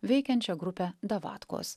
veikiančią grupę davatkos